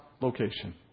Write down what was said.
location